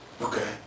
Okay